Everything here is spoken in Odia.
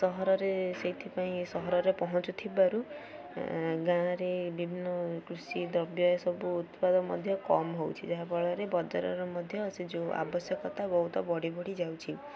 ସହରରେ ସେଇଥିପାଇଁ ସହରରେ ପହଞ୍ଚୁଥିବାରୁ ଗାଁରେ ବିଭିନ୍ନ କୃଷି ଦ୍ରବ୍ୟ ଏସବୁ ଉତ୍ପାଦ ମଧ୍ୟ କମ୍ ହଉଛି ଯାହାଫଳରେ ବଜାରରେ ମଧ୍ୟ ସେ ଯେଉଁ ଆବଶ୍ୟକତା ବହୁତ ବଢ଼ି ବଢ଼ିଯାଉଛି